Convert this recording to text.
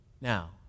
Now